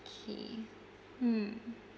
okay hmm